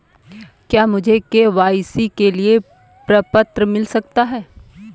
क्या मुझे के.वाई.सी के लिए प्रपत्र मिल सकता है?